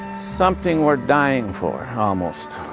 something worth dying for, almost.